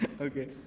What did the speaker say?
okay